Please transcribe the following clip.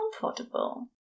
comfortable